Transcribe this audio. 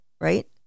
right